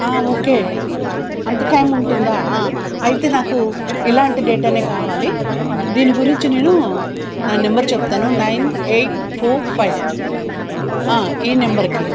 okay అంత time ఉంటుందా అయితే నాకు ఇలాంటి డేటా కావాలి దీని గురించి నేను నా నెంబర్ చెప్తాను నైన్ ఎయిట్ ఫోర్ ఫైవ్ ఈ నెంబర్కి